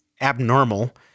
abnormal